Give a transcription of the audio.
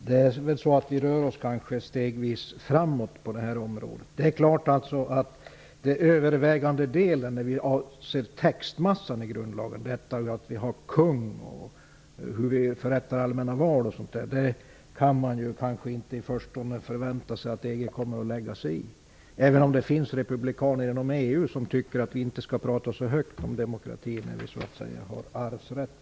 Herr talman! Vi rör oss kanske stegvis framåt på det här området. Det är alltså klart att den övervägande delen av textmassan i grundlagen, som gäller att vi har kung, hur vi förrättar allmänna val m.m., handlar om sådant som man inte i förstone kan förvänta sig att EG kommer att lägga sig i -- även om det inom EU finns republikaner som tycker att vi inte skall prata så högt om demokratin när statschefen har arvsrätt.